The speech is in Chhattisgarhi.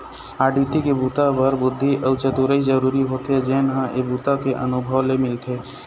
आडिट के बूता बर बुद्धि अउ चतुरई जरूरी होथे जेन ह ए बूता के अनुभव ले मिलथे